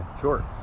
Sure